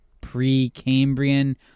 pre-Cambrian